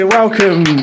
welcome